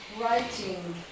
writing